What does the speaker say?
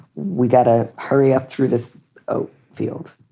we got to hurry up through this ah field.